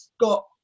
got